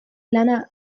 lana